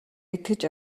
итгэж